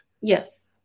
Yes